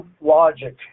logic